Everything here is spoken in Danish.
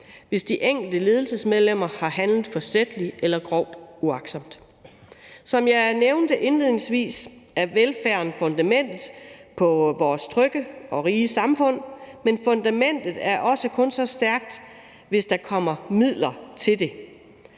hvis de enkelte ledelsesmedlemmer har handlet forsætligt eller groft uagtsomt. Som jeg nævnte indledningsvis, er velfærden fundamentet for vores trygge og rige samfund, men fundamentet er også kun så stærkt, hvis der kommer midler til det.